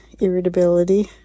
irritability